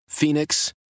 Phoenix